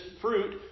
fruit